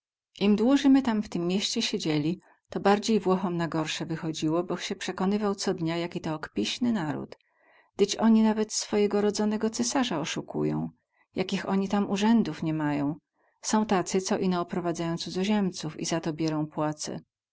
im dłuzy my tam w tym mieście siedzieli to bardziej włochom na gorse wychodziło boch sie przekonował co dnia jaki to okpiśny naród dyć oni nawet swojego rodzonego cysarza osukują jakich oni tam urzędów ni mają są tacy co ino oprowadzają cudzoziemców i za to bierą płacę